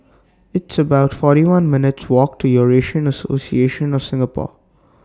It's about forty one minutes' Walk to Eurasian Association of Singapore